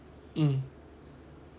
mm